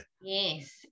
Yes